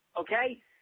Okay